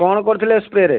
କଣ କରିଥିଲେ ସ୍ପ୍ରେରେ